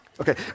Okay